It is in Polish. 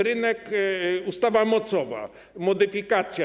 Rynek, ustawa mocowa - jest modyfikacja.